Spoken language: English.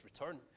return